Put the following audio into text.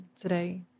today